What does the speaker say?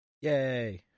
Yay